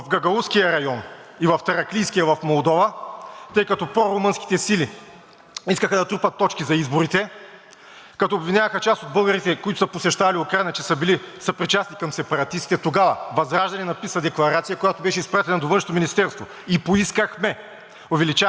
като обвиняваха част от българите, които са посещавали Украйна, че са били съпричастни към сепаратистите тогава, ВЪЗРАЖДАНЕ написа декларация, която беше изпратена до Външно министерство, и поискахме увеличаване щата на посолствата в Киев и Кишинев, на консулските служби в Одеса, облекчаване на приемането